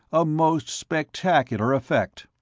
a most spectacular effect.